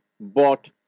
bought